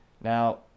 now